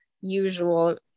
usual